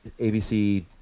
ABC